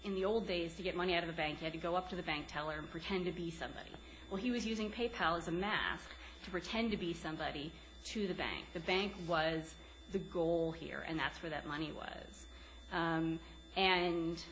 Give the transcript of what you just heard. in the old days to get money out of the bank if you go up to the bank teller and pretend to be somebody or he was using pay pal as a mask to pretend to be somebody to the bank the bank was the goal here and that's where that money was